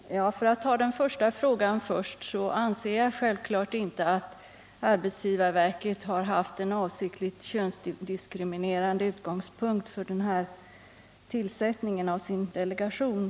Herr talman! För att ta den sista frågan först anser jag självfallet inte att arbetsgivarverket har haft en avsiktligt könsdiskriminerande utgångspunkt för tillsättningen av sin delegation.